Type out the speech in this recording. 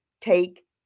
take